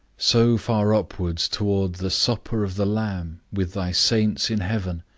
so far upwards toward the supper of the lamb, with thy saints in heaven,